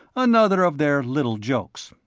another of their little jokes.